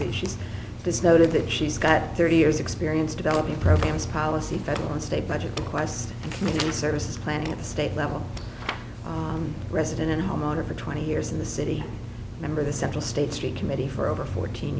she's this noted that she's got thirty years experience developing programs policy federal and state budget requests and community services planning at the state level resident and homeowner for twenty years in the city number the central state street committee for over fourteen